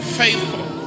faithful